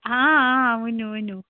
ہاں ہاں ؤنیُو ؤنیُو